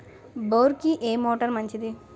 బోరుకి ఏ మోటారు మంచిది?